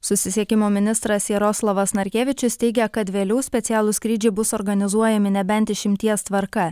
susisiekimo ministras jaroslavas narkevičius teigia kad vėliau specialūs skrydžiai bus organizuojami nebent išimties tvarka